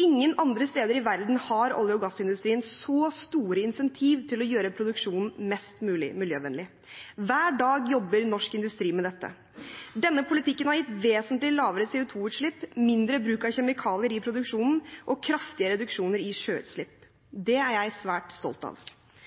Ingen andre steder i verden har olje- og gassindustrien så store incentiver til å gjøre produksjonen mest mulig miljøvennlig. Hver dag jobber norsk industri med dette. Denne politikken har gitt vesentlig lavere CO2-utslipp, mindre bruk av kjemikalier i produksjonen og kraftige reduksjoner i sjøutslipp. Det er jeg svært stolt av.